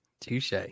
touche